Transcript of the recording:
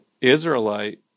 Israelite